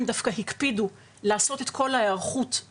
דווקא הקפידו לעשות את כל ההיערכות מראש,